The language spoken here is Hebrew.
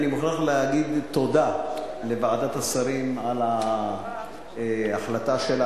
אני מוכרח להגיד תודה לוועדת השרים על ההחלטה שלה,